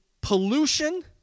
pollution